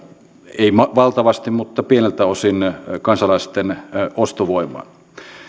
ei valtavasti mutta pieneltä osin kansalaisten ostovoimaan